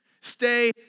Stay